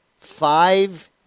five